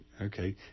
okay